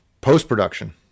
Post-production